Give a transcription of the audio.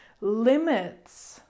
limits